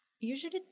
usually